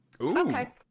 Okay